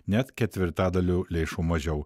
net ketvirtadaliu lėšų mažiau